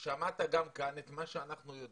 שמעת גם כאן את מה שאנחנו יודעים,